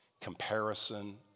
comparison